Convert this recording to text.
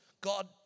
God